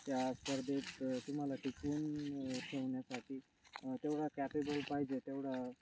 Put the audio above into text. त्या स्पर्धेत तुम्हाला टिकून ठेवण्यासाठी तेवढा कॅपेबल पाहिजे तेवढा